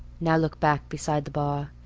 now look back beside the bar.